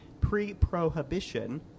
Pre-Prohibition